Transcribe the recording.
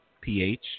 pH